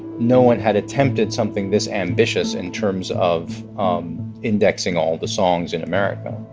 no one had attempted something this ambitious in terms of indexing all the songs in america